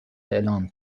اعلام